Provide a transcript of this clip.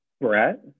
Brett